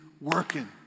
working